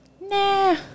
nah